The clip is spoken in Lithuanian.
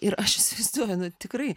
ir aš įsivaizduoju nu tikrai